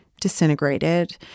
disintegrated